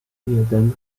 jeden